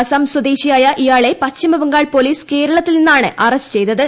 അസ്സാം സ്വദേശിയായ ഇയാളെ പശ്ചിമ ബംഗാൾ പൊലീസ് കേരളത്തിൽ നിന്നാണ് അറസ്റ്റ് ചെയ്തത്